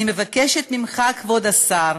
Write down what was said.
אני מבקשת ממך, כבוד השר,